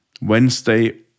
Wednesday